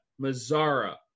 Mazzara